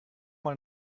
mal